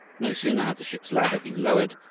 no sooner had the ship's ladder been lowered,